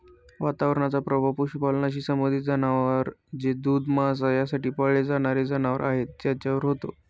वातावरणाचा प्रभाव पशुपालनाशी संबंधित जनावर जे दूध, मांस यासाठी पाळले जाणारे जनावर आहेत त्यांच्यावर होतो